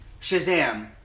Shazam